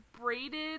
braided